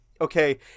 okay